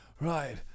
right